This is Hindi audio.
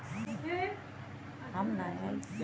हम अपने ही फोन से रिचार्ज कैसे कर सकते हैं?